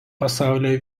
pasaulio